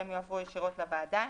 שהם יועברו ישירות למדינה.